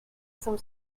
some